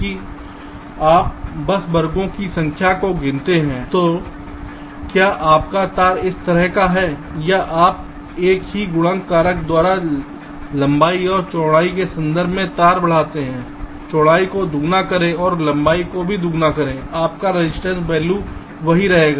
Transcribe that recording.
की आप बस वर्गों की संख्या को गिनते हैं तो क्या आपका तार इस तरह का है या आप एक ही गुणक कारक द्वारा लंबाई और चौड़ाई के संदर्भ में तार बढ़ाते हैं चौड़ाई को दोगुना करें और लंबाई को भी दोगुना करें आपका रजिस्टेंस वैल्यू वही रहेगा